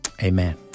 Amen